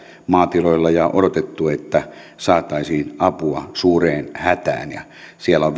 maatiloilla ja odotettu että saataisiin apua suureen hätään ja siellä on